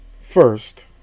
first –